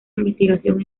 investigación